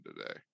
today